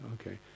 okay